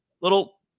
little